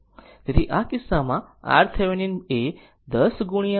તેથી આ કિસ્સામાં RThevenin એ 10 2010 20 હશે